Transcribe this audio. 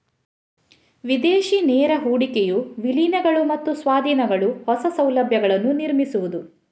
ವಿದೇಶಿ ನೇರ ಹೂಡಿಕೆಯು ವಿಲೀನಗಳು ಮತ್ತು ಸ್ವಾಧೀನಗಳು, ಹೊಸ ಸೌಲಭ್ಯಗಳನ್ನು ನಿರ್ಮಿಸುವುದು